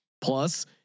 Plus